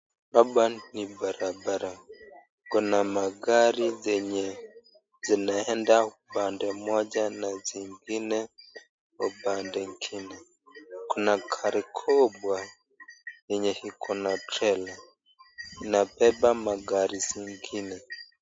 Hapa ni barabara kuna magari zenye zinaenda upande moja na zingine upande ingine. Kuna gari kubwa yenye iko na trela inabeba magari zingine.